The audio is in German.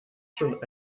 schon